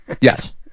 yes